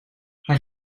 hij